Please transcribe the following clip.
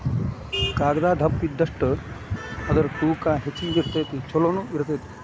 ಕಾಗದಾ ದಪ್ಪ ಇದ್ದಷ್ಟ ಅದರ ತೂಕಾ ಹೆಚಗಿ ಇರತತಿ ಚುಲೊನು ಇರತತಿ